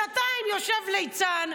שנתיים יושב ליצן.